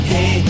Hey